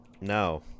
no